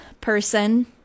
person